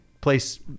place